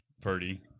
Purdy